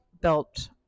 built